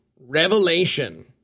revelation